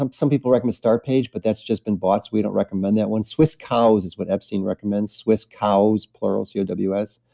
um some people recommend startpage, but that's just been bought. so we don't recommend that one. swisscows is what epstein recommends swisscows, plural c o w s